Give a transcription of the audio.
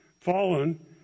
fallen